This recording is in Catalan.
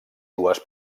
dues